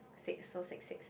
six so six six